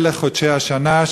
מלך חודשי השנה,